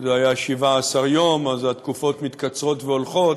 זה היה 17 יום, אז התקופות מתקצרות והולכות,